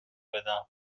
بدم